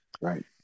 Right